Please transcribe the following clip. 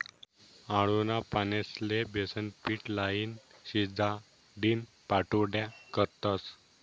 आळूना पानेस्ले बेसनपीट लाईन, शिजाडीन पाट्योड्या करतस